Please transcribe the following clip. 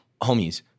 homies